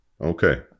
Okay